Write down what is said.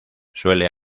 suele